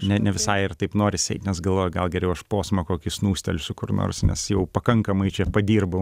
ne ne visai ir taip norisi eit nes galvoji gal geriau aš posmą kokį snūstelsiu kur nors nes jau pakankamai čia padirbau